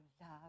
love